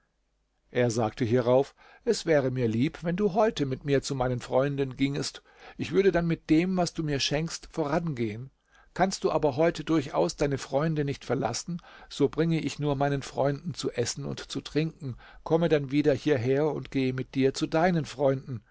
er sagte hierauf es wäre mir lieb wenn du heute mit mir zu meinen freunden gingest ich würde dann mit dem was du mir schenkst vorangehen kannst du aber heute durchaus deine freunde nicht verlassen so bringe ich nur meinen freunden zu essen und zu trinken komme dann wieder hierher und gehe mit dir zu deinen freunden